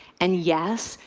and yes,